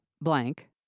blank